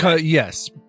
Yes